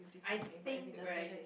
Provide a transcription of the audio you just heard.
I think right